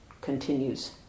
continues